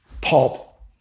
pop